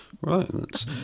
Right